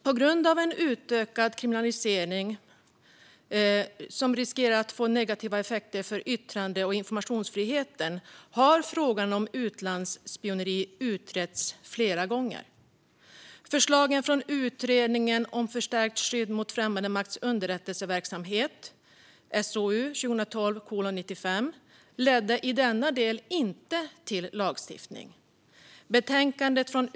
Eftersom en utökad kriminalisering riskerar att få negativa konsekvenser för yttrande och informationsfriheten har frågan om utlandsspioneri utretts flera gånger. Förslagen från Utredningen om förstärkt skydd mot främmande makts underrättelseverksamhet, SOU 2012:95, ledde i denna del inte till lagstiftning.